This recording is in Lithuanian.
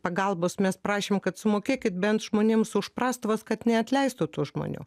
pagalbos mes prašėm kad sumokėkit bent žmonėms už prastovas kad neatleistų tų žmonių